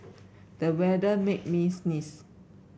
the weather made me sneeze